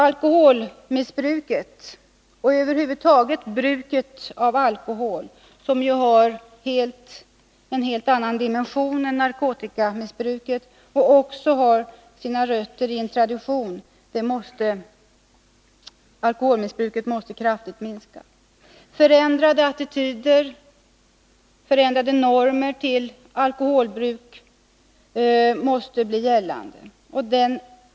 Alkoholmissbruket och över huvud taget bruket av alkohol, som ju har en helt annan dimension än narkotikabruket och också har rötter i en tradition, måste kraftigt minska. Förändrade attityder och normer i fråga om alkoholbruk måste bli gällande.